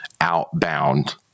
outbound